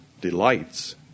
delights